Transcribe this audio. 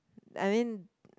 I mean